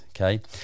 okay